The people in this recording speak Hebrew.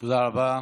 תודה רבה.